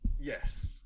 yes